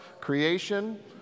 Creation